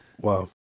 Wow